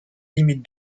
limites